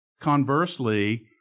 Conversely